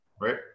right